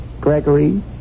Gregory